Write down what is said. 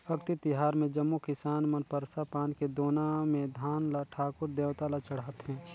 अक्ती तिहार मे जम्मो किसान मन परसा पान के दोना मे धान ल ठाकुर देवता ल चढ़ाथें